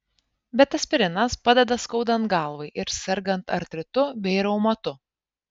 bet aspirinas padeda skaudant galvai ir sergant artritu bei reumatu